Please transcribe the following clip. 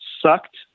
sucked